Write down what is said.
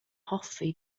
hoffi